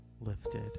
lifted